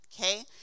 okay